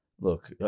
look